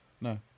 No